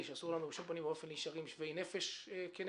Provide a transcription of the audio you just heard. שאסור לנו בשום פנים ואופן להישאר שווי נפש מולם.